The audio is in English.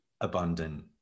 abundant